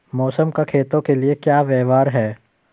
मौसम का खेतों के लिये क्या व्यवहार है?